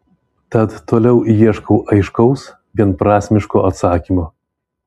tad toliau ieškau aiškaus vienprasmiško atsakymo